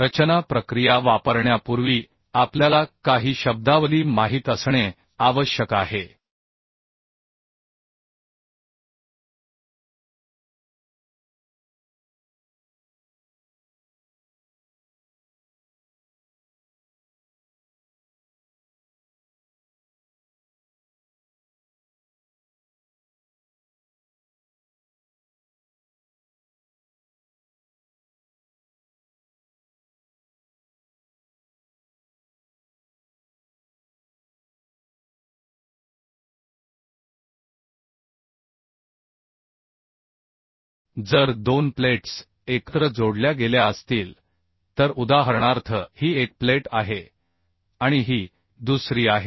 रचना प्रक्रिया वापरण्यापूर्वी आपल्याला काही शब्दावली माहित असणे आवश्यक आहे रिवेट आणि बोल्टसारख्या बोल्ट जोडण्यांच्या बाबतीत काही संज्ञा पीचच्या अंतरासारख्या वापरल्या जातात गेज अंतर काठ अंतर शेवटचे अंतर बोल्ट होल एकूण व्यास नाममात्र व्यास तर त्या गोष्टी चित्रात येतील तर त्या काय आहेत ते आपण पाहू जर दोन प्लेट्स एकत्र जोडल्या गेल्या असतील तर उदाहरणार्थ ही एक प्लेट आहे आणि ही दुसरी आहे